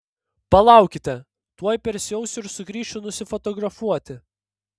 palaukite tuoj persiausiu ir sugrįšiu nusifotografuoti